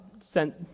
sent